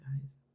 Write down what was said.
guys